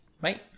Bye